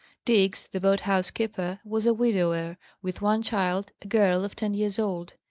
diggs, the boat-house keeper, was a widower, with one child, a girl of ten years old.